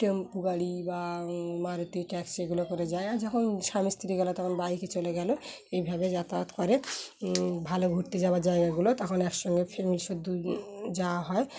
টেম্পু গাড়ি বা মারুতি ট্যাক্সি এগুলো করে যায় আর যখন স্বামী স্ত্রী গেলো তখন বাইকে চলে গেলো এইভাবে যাতায়াত করে লো ঘুরতে যাওয়ার জায়গাগুলো তখন একসঙ্গে ফ্যামিলি শুধু যাওয়া হয়